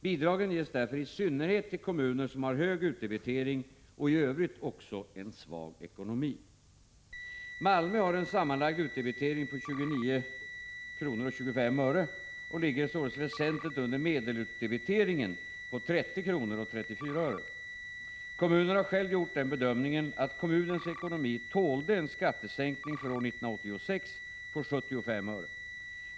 Bidragen ges därför i synnerhet till kommuner som har hög utdebitering och i Övrigt också en svag ekonomi. Malmö har en sammanlagd utdebitering på 29:25 kr. och ligger således väsentligt under medelutdebiteringen på 30:34 kr. Kommunen har själv gjort den bedömningen att kommunens ekonomi tålde en skattesänkning för år 1986 på 75 öre.